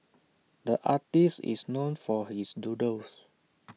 the artist is known for his doodles